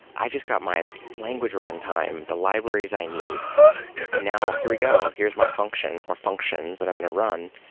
i've just got my language runtime, the libraries i need and now here we go. here's my functions, or functions that i'm going to run.